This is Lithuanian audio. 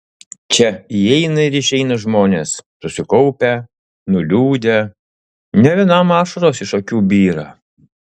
čia įeina ir išeina žmonės susikaupę nuliūdę ne vienam ašaros iš akių byra